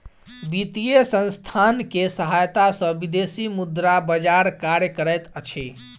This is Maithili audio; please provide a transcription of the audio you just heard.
वित्तीय संसथान के सहायता सॅ विदेशी मुद्रा बजार कार्य करैत अछि